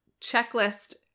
checklist